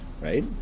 right